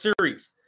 Series